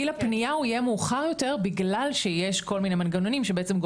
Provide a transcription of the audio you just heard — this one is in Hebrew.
גיל הפנייה הוא יהיה מאוחר יותר בגלל שיש כל מיני מנגנונים שבעצם,